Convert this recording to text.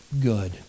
good